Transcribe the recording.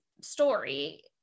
story